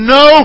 no